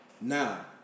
Now